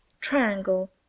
triangle